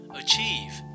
achieve